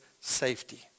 safety